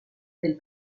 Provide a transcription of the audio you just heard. del